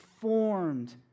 formed